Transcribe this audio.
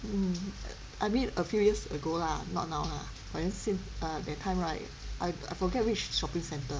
mm I mean a few years ago lah not now lah but then since that time right I I forget which shopping centre